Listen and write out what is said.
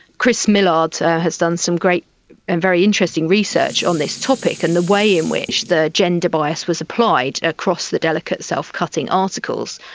chris millard has done some great and very interesting research on this topic, and the way in which the gender bias was applied across the delicate self-cutting articles,